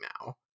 now